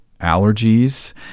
allergies